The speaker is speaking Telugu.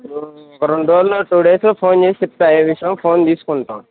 ఒక రెండు రోజులలో టూ డేస్లో ఫోన్ చేసి చెప్తాను ఏ విషయమో ఫోన్ తీసుకుంటాను